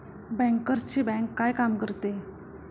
बँकर्सची बँक काय काम करते?